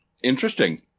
Interesting